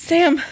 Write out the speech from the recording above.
Sam